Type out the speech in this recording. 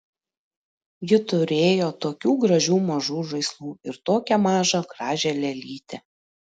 ji turėjo tokių gražių mažų žaislų ir tokią mažą gražią lėlytę